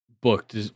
booked